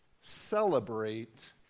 celebrate